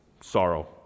sorrow